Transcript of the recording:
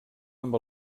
amb